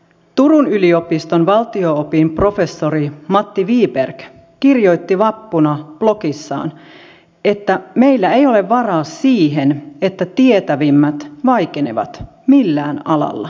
turun yliopiston valtio opin professori matti wiberg kirjoitti vappuna blogissaan että meillä ei ole varaa siihen että tietävimmät vaikenevat millään alalla